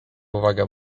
uwaga